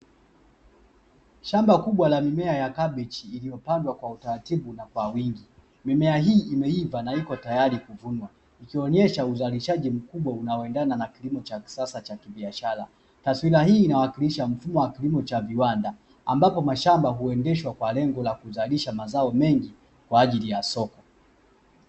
Shamba kubwa la mimea ya kabichi iliyopandwa kwa utaratibu na kwa wingi mimea hii imeiva na ipo tayari kuvunwa, ikionyesha uzalishaji mkubwa unaoendana na kilimo cha kisasa cha kibiashara taswira hii inawakilisha mfumo wa kilimo cha viwanda ambapo mashamba huendeshwa kwa lengo la kuzalisha mazao mengi kwajili ya soko.